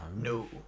No